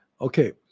okay